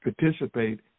participate